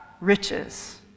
riches